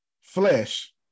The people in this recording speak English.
flesh